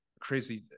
crazy